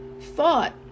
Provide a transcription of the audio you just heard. thought